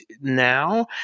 now